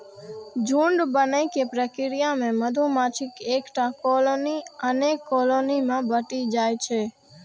झुंड बनै के प्रक्रिया मे मधुमाछीक एकटा कॉलनी अनेक कॉलनी मे बंटि जाइ छै